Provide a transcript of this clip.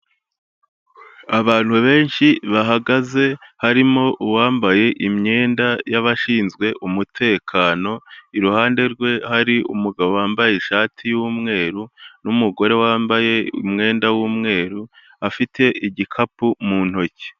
Abantu benshi bahagaze, harimo uwambaye imyenda y'abashinzwe umutekano, iruhande rwe hari umugabo wambaye ishati y'umweru n'umugore wambaye umwenda w'umweru, afite igikapu mu ntoki.